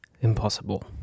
impossible